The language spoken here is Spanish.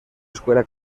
escuela